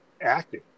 acting